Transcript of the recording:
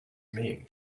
mean